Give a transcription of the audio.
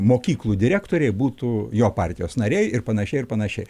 mokyklų direktoriai būtų jo partijos nariai ir panašiai ir panašiai